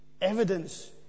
evidence